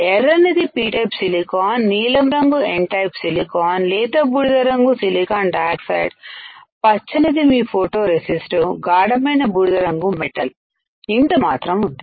ఎర్రనిది P type silicon నీలం రంగు N type silicon లేత బూడిద రంగు సిలికాన్ డయాక్సైడ్పచ్చనిది మీ ఫోటో రెసిస్ట్ గాఢమైన బూడిద రంగు మెటల్ ఇంత మాత్రం ఉంది